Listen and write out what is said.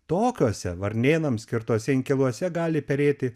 tokiuose varnėnams skirtuose inkiluose gali perėti